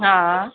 हा